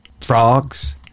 frogs